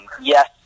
yes